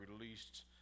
released